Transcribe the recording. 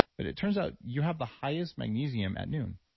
but it turns out you have the highest magnesium at noon.